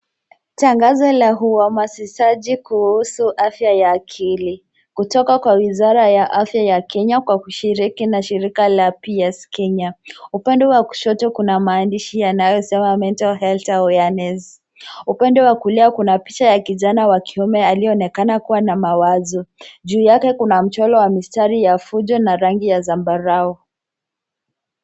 Tangazo la uhamasishaji kuhusu afya ya akili kutoka kwa wizara ya afya ya Kenya kwa kushiriki na shirika la Peers Kenya. Upande wa kushoto kuna maandishi yanayosoma mental health awareness . Upande wa kulia kuna picha ya kijana wa kiume aliyeonekana kuwa na mawazo. Juu yake kuna mchoro wa mistari ya fujo na rangi ya zambarau.